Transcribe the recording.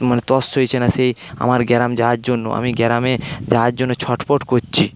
মানে তর সইছে না সেই আমার গ্রাম যাওয়ার জন্য আমি গ্রামে যাওয়ার জন্য ছটফট করছি